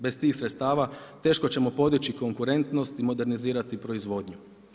Bez tih sredstava teško ćemo podići konkurentnost i modernizirati proizvodnju.